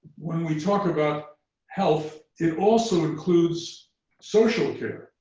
when we talk about health, it also includes social care.